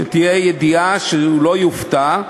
שתהיה ידיעה, שהוא לא יופתע.